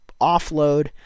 offload